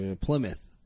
Plymouth